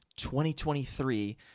2023